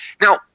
now